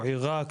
עיראק,